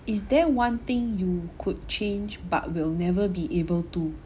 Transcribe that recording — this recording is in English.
is there one thing you could change but will never be able to